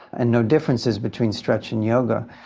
and no differences between stretch and yoga.